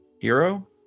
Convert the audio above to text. hero